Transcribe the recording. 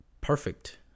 Perfect